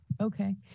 okay